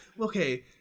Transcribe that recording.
okay